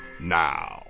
now